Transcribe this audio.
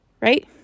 right